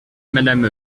madame